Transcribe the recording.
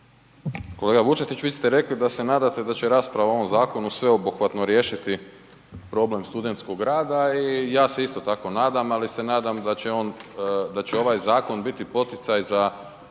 Kolega Vučetić vi ste rekli da se nadate da će rasprava o ovom zakonu sveobuhvatno riješiti problem studentskog rada i ja se isto tako nadam, ali se nadam da će ovaj zakon biti poticaj za